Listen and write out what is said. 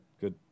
Good